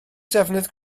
defnydd